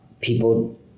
People